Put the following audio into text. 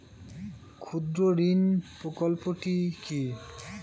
ক্ষুদ্রঋণ প্রকল্পটি কি?